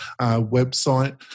website